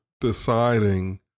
deciding